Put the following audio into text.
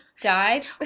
died